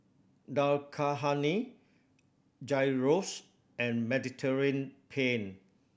Dal Makhani Gyros and Mediterranean Penne